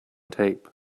tape